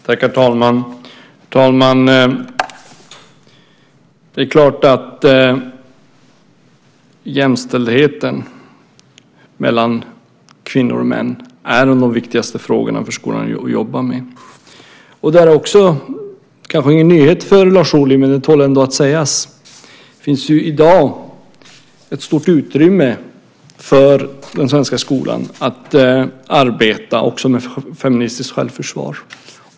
Herr talman! Det är klart att jämställdheten mellan kvinnor och män är en av de viktigaste frågorna för skolan att jobba med. Det kanske inte är någon nyhet för Lars Ohly men det tål ändå att sägas att det i dag finns ett stort utrymme för den svenska skolan att arbeta också med feministiskt självförsvar.